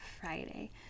Friday